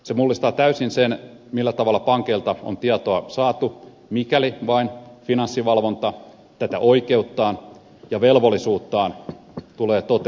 se mullistaa täysin sen millä tavalla pankeilta on tietoa saatu mikäli vain finanssivalvonta tätä oikeuttaan ja velvollisuuttaan tulee toteuttamaan